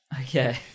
Okay